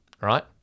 right